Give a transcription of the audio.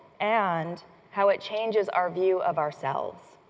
and how it changes our view of ourselves.